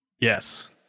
Yes